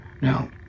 Now